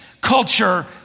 culture